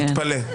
תתפלא.